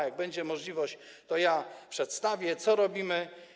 Jak będzie możliwość, to przedstawię, co robimy.